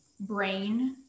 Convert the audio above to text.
brain